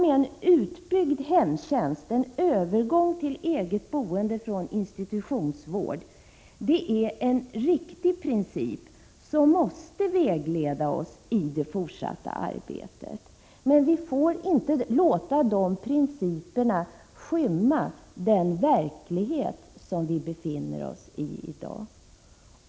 En utbyggd hemtjänst, alltså en övergång till eget boende från institutionsvård, är en riktig princip som måste vägleda oss i det fortsatta arbetet. Vi får inte låta principerna skymma den verklighet som vi befinner oss i i dag.